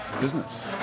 business